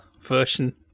version